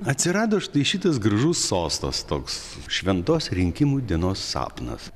atsirado štai šitas gražus sostas toks šventos rinkimų dienos sapnas